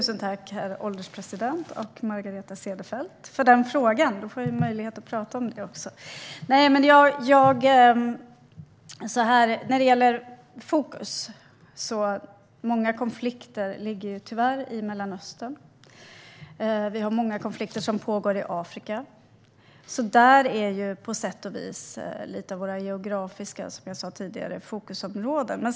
Herr ålderspresident! Tack, Margareta Cederfelt, för den frågan! När det gäller fokus finns det tyvärr många konflikter i Mellanöstern. Det pågår många konflikter i Afrika. Där ligger några av våra geografiska fokusområden.